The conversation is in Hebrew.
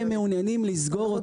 הם מעוניינים לסגור אותנו.